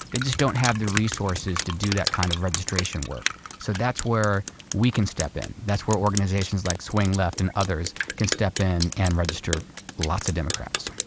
they just don't have the resources to do that kind of registration work. so that's where we can step in. that's where organizations like swing left and others can step in and register lots of democrats.